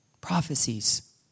Prophecies